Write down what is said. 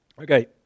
Okay